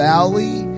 Valley